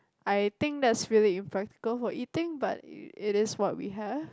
I think that's really impractical for eating but it it is what we have